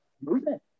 movement